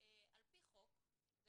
על פי חוק זה